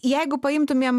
jeigu paimtumėm